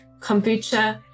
kombucha